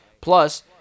Plus